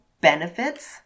benefits